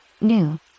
new